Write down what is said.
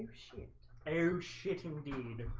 shit, oh shit indeed